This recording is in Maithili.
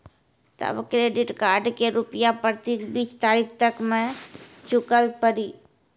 तब क्रेडिट कार्ड के रूपिया प्रतीक बीस तारीख तक मे चुकल पड़ी?